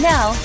Now